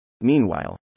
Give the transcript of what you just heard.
Meanwhile